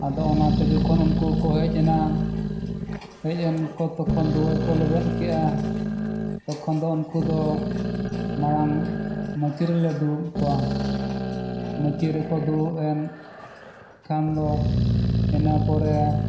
ᱟᱫᱚ ᱚᱱᱟᱛᱮ ᱡᱚᱠᱷᱚᱱ ᱩᱱᱠᱩ ᱠᱚ ᱦᱮᱡ ᱮᱱᱟ ᱦᱮᱡ ᱮᱱᱠᱚ ᱛᱚᱠᱷᱚᱱ ᱫᱩᱣᱟᱹᱨ ᱠᱚ ᱞᱮᱵᱮᱫ ᱠᱮᱜᱼᱟ ᱛᱚᱠᱷᱚᱱ ᱫᱚ ᱩᱱᱠᱩ ᱫᱚ ᱢᱟᱲᱟᱝ ᱢᱟᱹᱪᱤ ᱨᱮᱞᱮ ᱫᱩᱲᱩᱵ ᱠᱚᱣᱟ ᱢᱟᱹᱪᱤ ᱨᱮᱠᱚ ᱫᱩᱲᱩᱵ ᱮᱱ ᱠᱷᱟᱱ ᱫᱚ ᱤᱱᱟᱹ ᱯᱚᱨᱮ